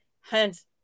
Hence